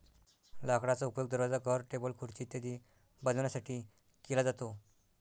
लाकडाचा उपयोग दरवाजा, घर, टेबल, खुर्ची इत्यादी बनवण्यासाठी केला जातो